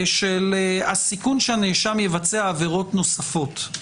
לגבי הסיכוי שהנאשם יבצע עבירות נוספות.